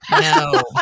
No